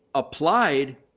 applied